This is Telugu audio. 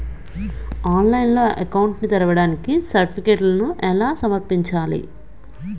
ఆన్లైన్లో అకౌంట్ ని తెరవడానికి సర్టిఫికెట్లను ఎలా సమర్పించాలి?